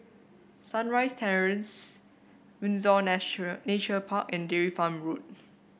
Sunrise Terrace Windsor Nature Park and Dairy Farm Road